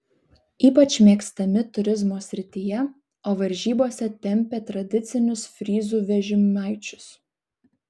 ypač mėgstami turizmo srityje o varžybose tempia tradicinius fryzų vežimaičius